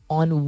on